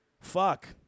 Fuck